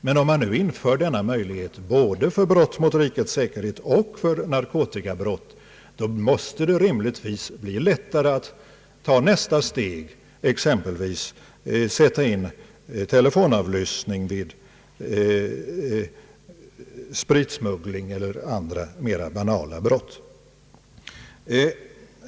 Men om man nu inför denna möjlighet både vid brott mot rikets säkerhet och narkotikabrott måste det rimligtvis bli lättare att ta nästa steg, att medge telefonavlyssning vid spritsmuggling eller andra mera banala brott.